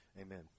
Amen